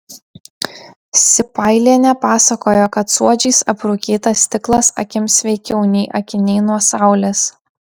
sipailienė pasakojo kad suodžiais aprūkytas stiklas akims sveikiau nei akiniai nuo saulės